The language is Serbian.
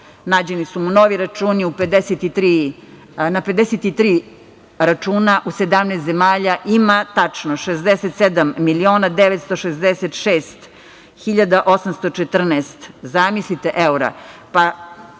nađeni su mu novi računi, na 53 računa u 17 zemalja ima tačno 67. 966.814,00 evra.